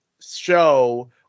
show